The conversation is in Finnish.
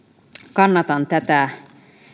kannatan tätä